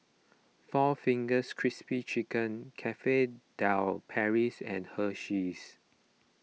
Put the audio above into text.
four Fingers Crispy Chicken Cafe De Paris and Hersheys